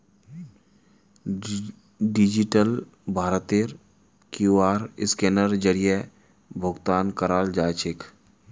digital भारतत QR scanner जरीए भुकतान कराल जाछेक